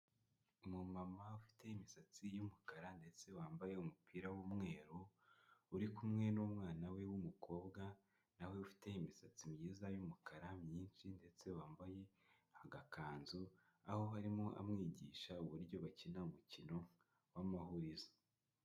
Umu mama ufite imisatsi y'umukara ndetse wambaye umupira w'umweru uri kumwe n'umwana we w'umukobwa, nawe ufite imisatsi myiza y'umukara myinshi ndetse wambaye agakanzu, aho arimo amwigisha uburyo bakina umukino w'amahurizo.